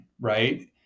right